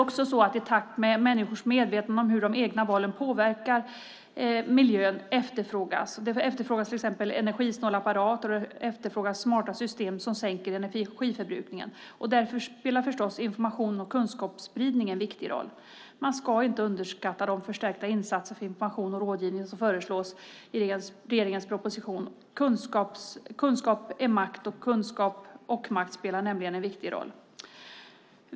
I takt med människors medvetande om hur de egna valen påverkar miljön efterfrågas energisnåla apparater och smarta system som sänker energiförbrukningen. Därför spelar förstås information och kunskapsspridning en viktig roll. Man ska inte underskatta de förstärkta insatser för information och rådgivning som föreslås i regeringens proposition. Kunskap är makt, och kunskap och makt spelar nämligen en viktig roll.